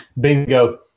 Bingo